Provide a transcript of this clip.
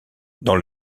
dans